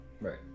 Right